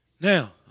Now